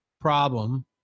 problem